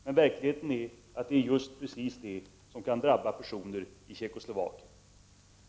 Men verkligheten är att precis detta kan drabba personer i Tjeckoslovakien.